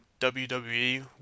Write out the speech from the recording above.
WWE